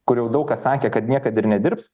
kur jau daug kas sakė kad niekad ir nedirbs